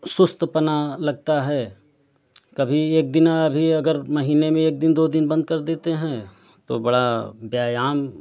सुस्तपना लगता है कभी एक दिन अभी अगर महीने में एक दो दिन बंद कर देते हैं तो बड़ा व्यायाम